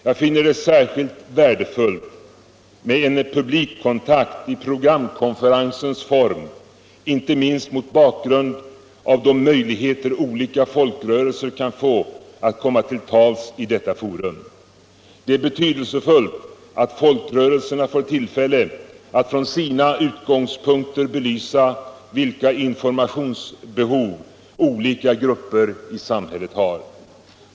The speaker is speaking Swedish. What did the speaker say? Jag finner det särskilt värdefullt med en publikkontakt i programkonferensens form, inte minst mot bakgrund av de möjligheter olika folkrörelser kan få att komma till tals i detta forum. Det är betydelsefullt att folkrörelserna får tillfälle att från sina utgångspunkter belysa vilka informationsbehov olika grupper i samhället har.